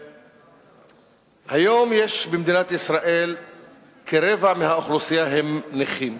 היום במדינת ישראל כרבע מהאוכלוסייה הם נכים.